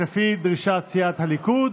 לפי דרישת סיעת הליכוד